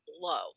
low